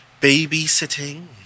babysitting